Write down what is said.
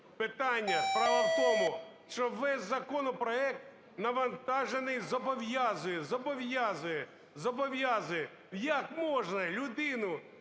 –питання. Справа в тому, що весь законопроект навантажений – зобов'язує, зобов'язує, зобов'язує. Як можна людину,